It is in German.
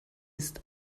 ist